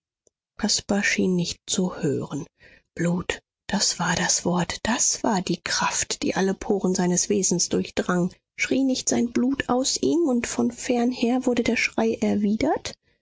schien nicht zu hören blut das war das wort das war die kraft die alle poren seines wesens durchdrang schrie nicht sein blut aus ihm und von fernher wurde der schrei erwidert